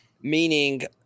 meaning